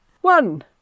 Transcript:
One